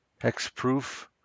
hexproof